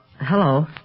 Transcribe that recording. hello